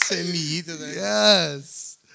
Yes